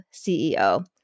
CEO